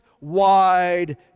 wide